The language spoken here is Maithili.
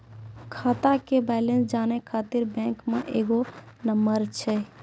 खाता के बैलेंस जानै ख़ातिर बैंक मे एगो नंबर छै?